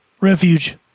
Refuge